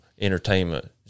entertainment